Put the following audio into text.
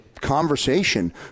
conversation